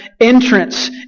entrance